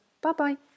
bye-bye